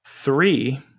three